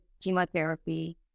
chemotherapy